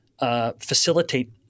Facilitate